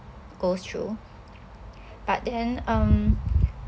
goes through but then um